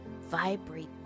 vibrate